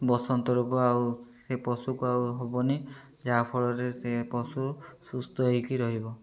ବସନ୍ତ ରୋଗ ଆଉ ସେ ପଶୁକୁ ଆଉ ହେବନି ଯାହାଫଳରେ ସେ ପଶୁ ସୁସ୍ଥ ହେଇକି ରହିବ